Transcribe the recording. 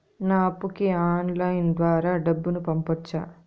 నా అప్పుకి ఆన్లైన్ ద్వారా డబ్బును పంపొచ్చా